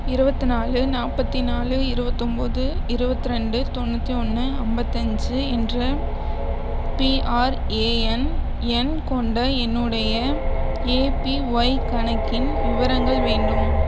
இருபத்நாலு நாற்பத்திநாலு இருபத்தொன்போது இருபத்ரெண்டு தொண்ணூத்தொன்று ஐம்பத்தஞ்சு என்ற பிஆர்ஏஎன் எண் கொண்ட என்னுடைய எபிஒய் கணக்கின் விவரங்கள் வேண்டும்